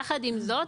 יחד עם זאת,